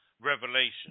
revelation